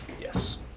Yes